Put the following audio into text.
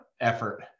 effort